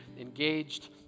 engaged